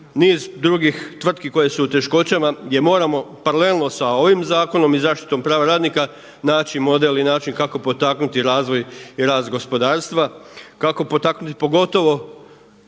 niz drugih tvrtki koje su u teškoćama gdje moramo paralelno sa ovim zakonom i zaštitom prava radnika naći model i način kako potaknuti razvoj i rast gospodarstva, kako potaknuti pogotovo